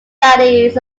studies